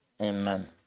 Amen